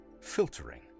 filtering